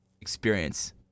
experience